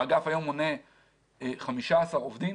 האגף היום מונה 15 עובדים,